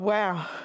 Wow